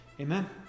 Amen